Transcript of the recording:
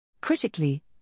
Critically